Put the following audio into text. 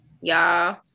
y'all